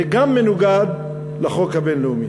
זה גם מנוגד לחוק הבין-לאומי.